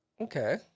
okay